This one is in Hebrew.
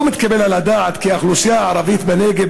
לא מתקבל על הדעת שאוכלוסייה הערבית בנגב,